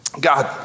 God